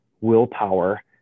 willpower